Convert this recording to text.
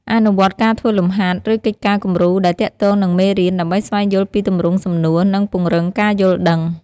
អនុវត្តការធ្វើលំហាត់ ឬកិច្ចការគំរូដែលទាក់ទងនឹងមេរៀន ដើម្បីស្វែងយល់ពីទម្រង់សំណួរ និងពង្រឹងការយល់ដឹង។